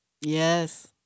Yes